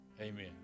amen